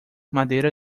madeira